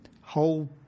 whole